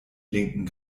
linken